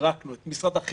את משרד הרווחה פירקנו,